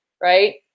right